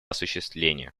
осуществления